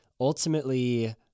ultimately